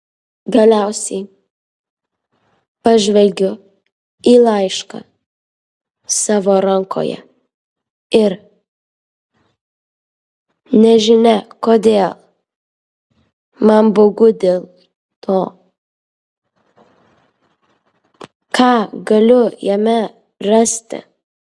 galiausiai pažvelgiu į laišką savo rankoje ir nežinia kodėl man baugu dėl to ką galiu jame rasti